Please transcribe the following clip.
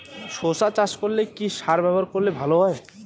শশা চাষ করলে কি সার ব্যবহার করলে ভালো হয়?